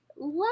love